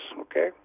Okay